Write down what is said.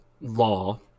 law